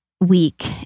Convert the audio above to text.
week